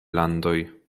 landoj